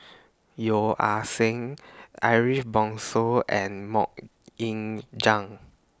Yeo Ah Seng Ariff Bongso and Mok Ying Jang